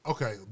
Okay